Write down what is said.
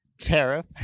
tariff